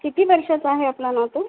किती वर्षाचा आहे आपल्या नातू